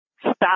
stop